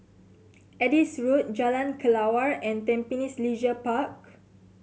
Adis Road Jalan Kelawar and Tampines Leisure Park